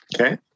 Okay